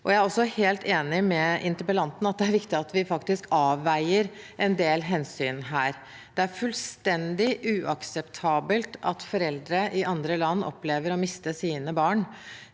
Jeg er også helt enig med interpellanten i at det er viktig at vi faktisk avveier en del hensyn. Det er fullstendig uakseptabelt at foreldre i andre land opplever å miste sine barn,